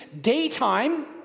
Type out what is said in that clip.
daytime